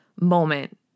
moment